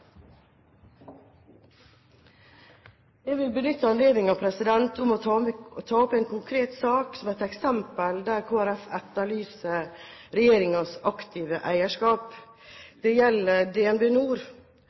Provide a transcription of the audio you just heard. jeg ser det. Jeg vil benytte anledningen til å ta opp en konkret sak, som et eksempel der Kristelig Folkeparti etterlyser regjeringens aktive